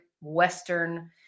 Western